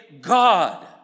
God